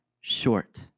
short